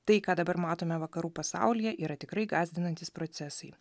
tai ką dabar matome vakarų pasaulyje yra tikrai gąsdinantys procesai